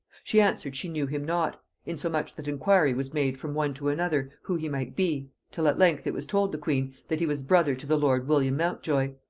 she answered, she knew him not insomuch that enquiry was made from one to another who he might be, till at length it was told the queen that he was brother to the lord william mountjoy.